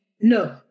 No